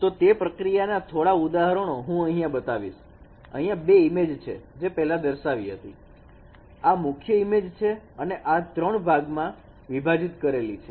તો પ્રક્રિયાના થોડા ઉદાહરણો હું અહીંયા બતાવીશ અહીંયા બે ઈમેજ છે જે પહેલા દર્શાવી હતી આ મુખ્ય ઈમેજ છે અને આ ત્રણ ભાગમાં વિભાજન કરેલી છે